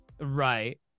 right